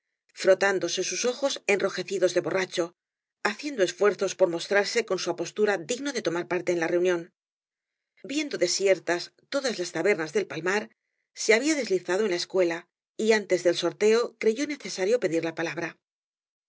frotándose sus ojos enrojecidos de borracho haciendo esfuerzos por mostrarse en su apostura digno de tomar parte en la reunión viendo desiertas todas las tabernas del palmar se había deslizado en la escuela y antes del sorteo crejó necesario pedir la palabra